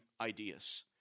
ideas